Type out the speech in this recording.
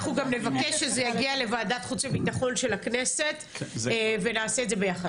אנחנו גם נבקש שזה יגיע לוועדת חוץ ובטחון של הכנסת ונעשה את זה ביחד.